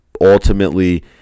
ultimately